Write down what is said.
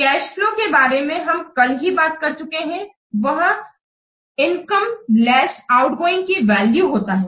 cash flow के बारे में हम कल ही बात कर चुके हैं वह इनकमलेस आउटगोइंग की वैल्यू होता है